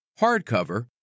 hardcover